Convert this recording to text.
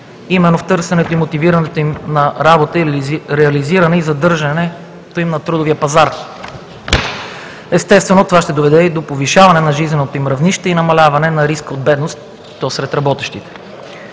именно в търсенето и мотивирането им за работа или реализиране и задържането им на трудовия пазар. Естествено, това ще доведе и до повишаване на жизненото им равнище и намаляване на риска от бедност, и то сред работещите.